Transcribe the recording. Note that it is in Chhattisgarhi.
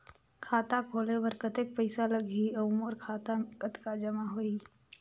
खाता खोले बर कतेक पइसा लगही? अउ मोर खाता मे कतका जमा होही?